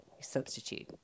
substitute